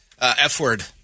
F-word